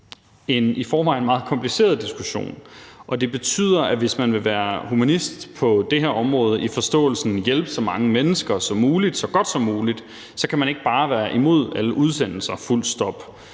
i forvejen meget kompliceret diskussion, og det betyder, at hvis man vil være humanist på det her område forstået som at hjælpe så mange mennesker som muligt og så godt som muligt, kan man ikke bare være imod alle udsendelser – fuldt stop.